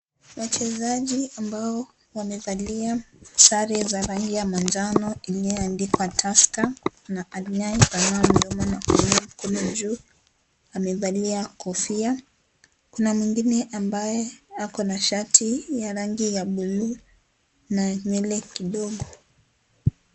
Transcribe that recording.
Wachezaji ambao wamevalia sare za rangi ya manjano iliyoandikwa Tuska na anaye panua mdomo kule juu amevalia kofia na mwingine ambaye akona shati ya rangi ya bluu na nywele kidogo.